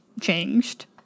changed